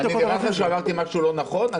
נראה לך שאמרתי משהו לא נכון?